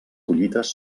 collites